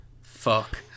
Fuck